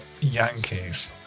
Yankees